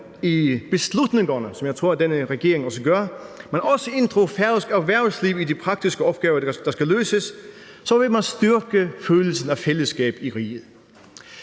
i beslutningerne, som jeg tror denne regering også gør, men også inddrog færøsk erhvervsliv i de praktiske opgaver, der skal løses, så ville man styrke følelsen af fællesskab i riget.